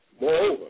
Moreover